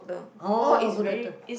oh good letter